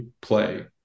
play